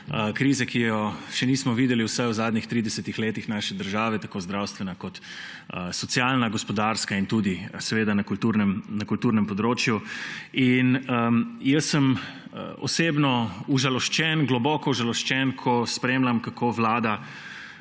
krize, ki je še nismo videli vsaj v zadnjih 30 letih naše države, je tako zdravstvena kot socialna, gospodarska in seveda tudi na kulturnem področju. Osebno sem užaloščen, globoko užaloščen, ko spremljam, kako